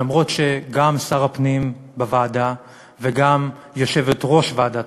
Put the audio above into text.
למרות שגם שר הפנים וגם יושבת-ראש ועדת